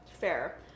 Fair